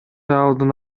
алдын